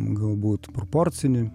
galbūt proporcinį